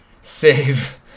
save